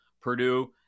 Purdue